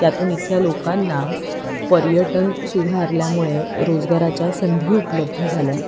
त्यातून इथल्या लोकांना पर्यटन सुधारल्यामुळे रोजगाराच्या संधी उपलब्ध झाल्या